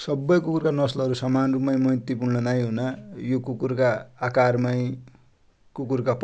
सबै कुकुरका नस्ल हरु समान रुप माइ मैत्रिपुर्ण नाइ हुना। यो कुकुर का आकार माइ